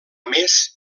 més